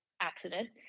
accident